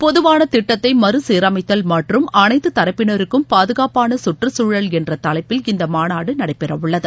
பொதுவான திட்டத்தை மறு சீரமைத்தல் மற்றும் அனைத்து தரப்பினருக்கும் பாதுகாப்பான கற்றுச்சூழல் என்ற தலைப்பில் இந்த மாநாடு நடைபெறவுள்ளது